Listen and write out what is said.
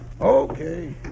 Okay